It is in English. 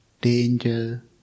danger